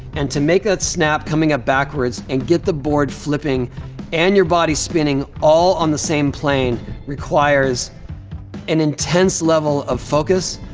and to make a snap coming up backwards and get the board flipping and your body spinning all on the same plane requires an intense level of focus,